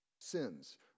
sins